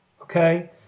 Okay